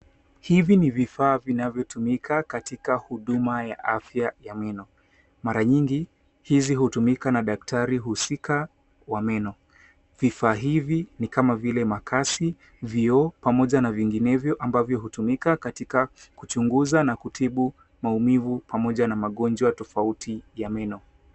Hivi ni vifaa vinavyotumika huduma ya afya ya meno. Mara nyingi hizi hutumika na daktari husika wa meno. Vifaa hivi ni kama vile makasi, vioo pamoja na vinginevyo ambavyo hutumika katika kuchunguza na kutibu maumivu pamoja na magonjwa tofauti ya meno.